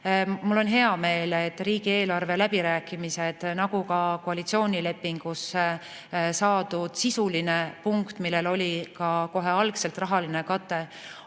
Mul on hea meel, et riigieelarve läbirääkimisi, nagu ka koalitsioonilepingusse saadud sisulist punkti, millel oli kohe alguses ka rahaline kate